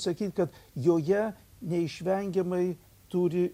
sakyt kad joje neišvengiamai turi